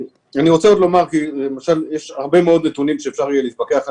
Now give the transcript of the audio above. יש הרבה מאוד נתונים שאפשר יהיה להתווכח עליהם,